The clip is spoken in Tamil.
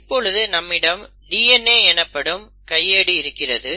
இப்பொழுது நம்மிடம் DNA எனப்படும் கையேடு இருக்கிறது